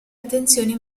attenzioni